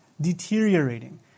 deteriorating